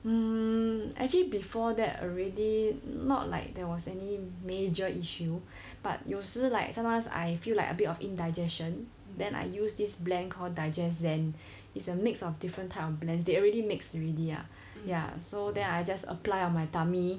um actually before that already not like there was any major issue but 有时 like sometimes I feel like a bit of indigestion then I use this blend called digest zen it's a mix of different type of blends they already mixed already lah ya so then I just apply on my tummy